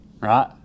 right